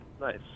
nice